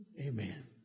Amen